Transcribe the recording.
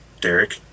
Derek